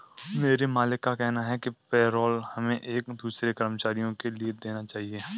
मेरे मालिक का कहना है कि पेरोल हमें एक दूसरे कर्मचारियों के लिए देना चाहिए